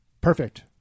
Perfect